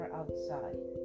outside